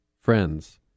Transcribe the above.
friends